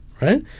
right?